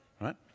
right